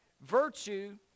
virtue